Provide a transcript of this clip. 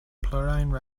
plurajn